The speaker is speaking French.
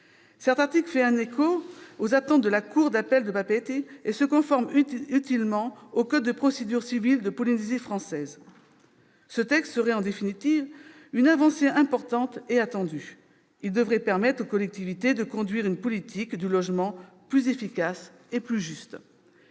Cet article fait ainsi écho aux attentes de la cour d'appel de Papeete et se conforme utilement au code de procédure civile de la Polynésie française. Ce texte serait en définitive une avancée importante. Il devrait permettre aux collectivités de conduire une politique du logement plus efficace et plus juste.